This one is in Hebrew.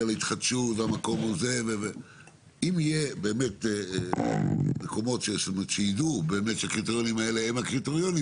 אם ידעו שיש קריטריונים כאלה,